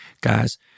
guys